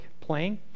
playing